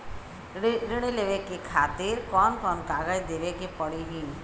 ऋण लेवे के खातिर कौन कोन कागज देवे के पढ़ही?